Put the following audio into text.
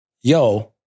Yo